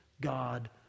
God